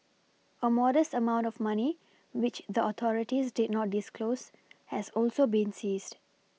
a modest amount of money which the authorities did not disclose has also been seized